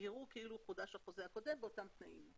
כאילו חודש החוזה הקודם באותם תנאים".